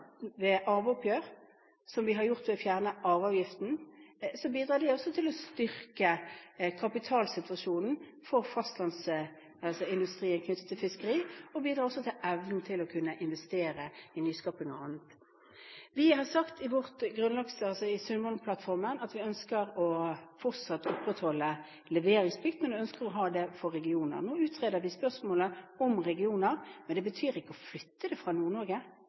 ved arveoppgjør, som vi har gjort ved å fjerne arveavgiften, bidrar også det til å styrke kapitalsituasjonen for fiskeindustrien. Det bidrar også til evnen til å kunne investere i nyskaping. Vi har i Sundvolden-plattformen sagt at vi ønsker fortsatt å opprettholde leveringsplikt, men vi ønsker å ha det for regioner. Nå utreder vi spørsmålet om leveringsplikt for regioner, men det betyr ikke at man flytter det fra